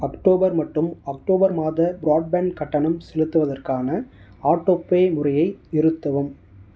October மட்டும் October மாத broadband கட்டணம் செலுத்துவதற்கான ஆட்டோபே முறையை நிறுத்தவும்